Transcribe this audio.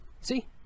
See